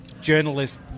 journalist